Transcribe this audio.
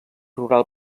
rural